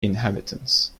inhabitants